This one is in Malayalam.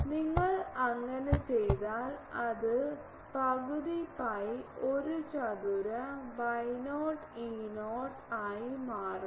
നിങ്ങൾ അങ്ങനെ ചെയ്താൽ അത് പകുതി പൈ ഒരു ചതുര Y0 E0 ആയി മാറുന്നു